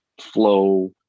flow